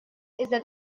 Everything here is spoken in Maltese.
iżda